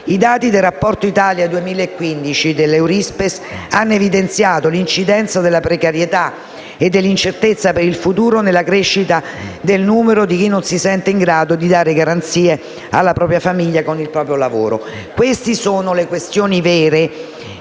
I dati del Rapporto Italia 2015 dell'Eurispes hanno evidenziato l'incidenza della precarietà e dell'incertezza per il futuro nella crescita del numero di chi non si sente in grado di dare garanzie alla propria famiglia con il proprio lavoro. Queste sono le questioni vere